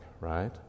right